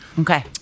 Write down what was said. Okay